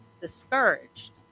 Discouraged